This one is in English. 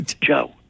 Joe